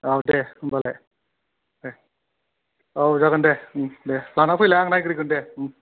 औ दे होनबालाय दे औ जागोन दे दे लाना फैलाय आं नायग्रोगोन दे